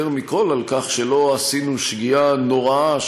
מכול על כך שלא עשינו שגיאה נוראה,